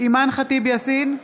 אימאן ח'טיב יאסין,